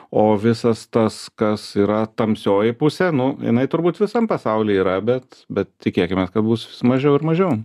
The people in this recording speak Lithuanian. o visas tas kas yra tamsioji pusė nu jinai turbūt visam pasauly yra bet bet tikėkimės kad bus mažiau ir mažiau